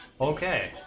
Okay